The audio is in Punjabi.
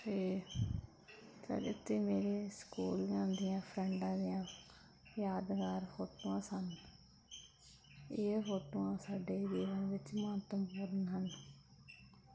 ਅਤੇ ਪਹਿਲੇ 'ਤੇ ਮੇਰੇ ਸਕੂਲ ਜਾਂਦੀਆਂ ਫਰੈਂਡਾ ਦੀਆਂ ਯਾਦਗਾਰ ਫੋਟੋਆਂ ਸਨ ਇਹ ਫੋਟੋਆਂ ਸਾਡੇ ਵਿਆਹ ਵਿੱਚ ਮਹੱਤਵਪੂਰਨ ਹਨ